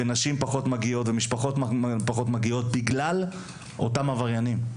נשים פחות מגיעות ומשפחות פחות מגיעות בגלל אותם עבריינים.